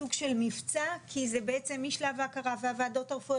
סוג של מבצע כי זה בעצם משלב ההכרה והוועדות הרפואיות